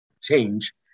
change